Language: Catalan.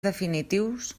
definitius